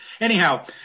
Anyhow